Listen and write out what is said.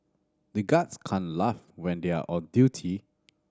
the guards can't laugh when they are on duty